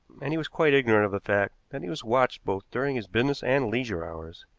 and he was quite ignorant of the fact that he was watched both during his business and leisure hours.